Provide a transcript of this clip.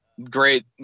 great